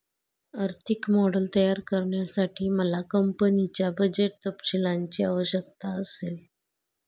आर्थिक मॉडेल तयार करण्यासाठी मला कंपनीच्या बजेट तपशीलांची आवश्यकता असेल